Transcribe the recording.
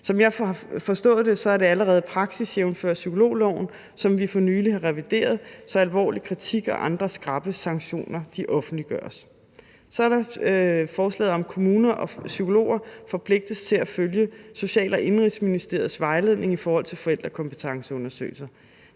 Som jeg har forstået det, er det allerede praksis, jævnfør psykologloven, som vi for nylig har revideret, så alvorlig kritik og andre skrappe sanktioner offentliggøres. Så er der forslaget om, at kommuner og psykologer forpligtes til at følge Social- og Indenrigsministeriets vejledning i forhold til forældrekompetenceundersøgelser.